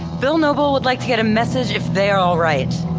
bill noble would like to get a message if they are all right.